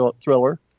thriller